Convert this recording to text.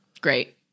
Great